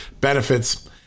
benefits